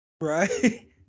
right